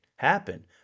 happen